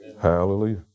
Hallelujah